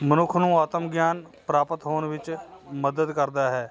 ਮਨੁੱਖ ਨੂੰ ਆਤਮ ਗਿਆਨ ਪ੍ਰਾਪਤ ਹੋਣ ਵਿੱਚ ਮਦਦ ਕਰਦਾ ਹੈ